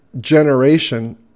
generation